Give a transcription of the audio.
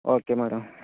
okay madam